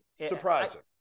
Surprising